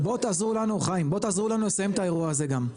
בואו תעזרו לנו לסיים את האירוע הזה גם,